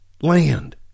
land